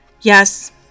Yes